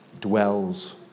dwells